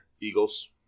Eagles